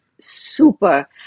super